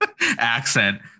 accent